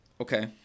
Okay